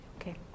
Okay